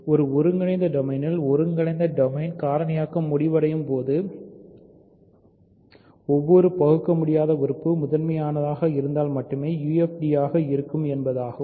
ஒரு ஒருங்கிணைந்த டொமைனில் ஒருங்கிணைந்த டொமைன் கரணியாக்கம் முடிவடையும் போது ஒவ்வொரு பகுக்கமுடியாத உறுப்பு முதன்மையானதாக இருந்தால் மட்டுமே UFD ஆக இருக்கும் என்பதாகும்